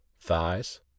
thighs